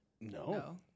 No